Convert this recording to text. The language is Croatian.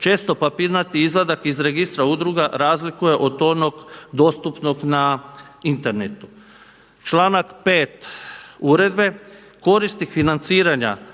često papirnati izvadak iz registra udruga razliku od onog dostupnog na internetu. Članak 5 uredbe: „Korisnik financiranja